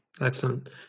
excellent